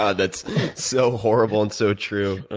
ah that's so horrible and so true.